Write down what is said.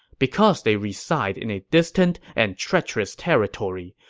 because they reside in a distant and treacherous territory,